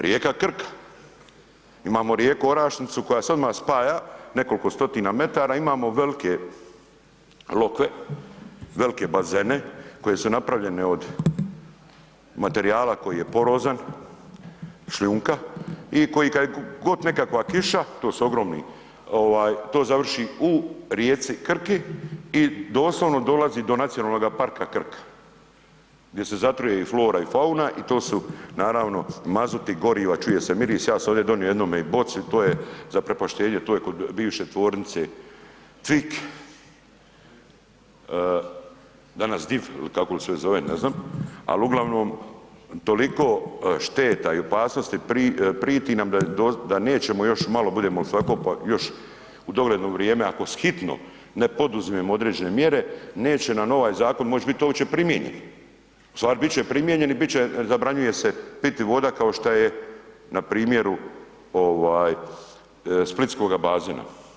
Rijeka Krka, imamo rijeku Orašnicu koja se odma spaja nekoliko stotina metara imamo velike lokve, velike bazene koji su napravljeni od materijala koji je porozan, šljunka i koji kad god je nekakva kiša, to su ogromni ovaj to završi u rijeci Krki i doslovno dolazi do NP Krka gdje se zatruje i flora i fauna i to su naravno mazuti i goriva, čuje se miris, ja sam ovdje donio jednome i u boci, to je zaprepaštenje, to je kod bivše TVIK, danas DIV ili kako li se već zove, ne znam, al uglavnom toliko šteta i opasnosti priti nam da nećemo još malo budemo li se ovako još u dogledno vrijeme ako shitno ne poduzmemo određene mjere neće nam ovaj zakon moć bit opće primijenjen, u stvari bit će primijenjen i bit će, zabranjuje se piti voda kao šta je na primjeru ovaj splitskoga bazena.